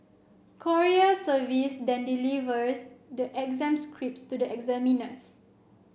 courier service then delivers the exam scripts to the examiners